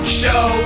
show